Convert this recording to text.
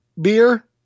beer